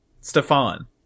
Stefan